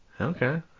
Okay